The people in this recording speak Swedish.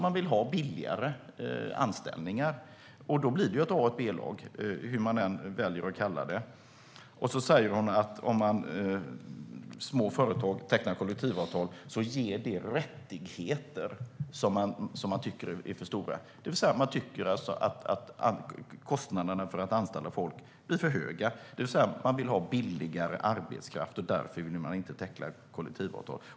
Man vill ha billigare anställningar, och då blir det ett A och ett B-lag, vad man än väljer att kalla det. Hon säger också att om små företag tecknar kollektivavtal ger det rättigheter som man tycker är för stora. Det vill säga man tycker att kostnaden för att anställa folk blir för hög. Man vill alltså ha billigare arbetskraft, och därför vill man inte teckna kollektivavtal.